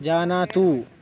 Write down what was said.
जानातु